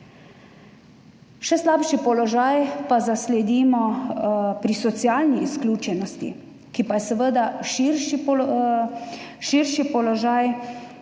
Še slabši položaj pa zasledimo pri socialni izključenosti, ki pa je seveda širši položaj,